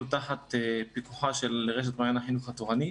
תחת פיקוחה של רשת מעיין החינוך התורני,